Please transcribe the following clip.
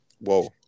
Whoa